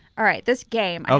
all right, this game, ah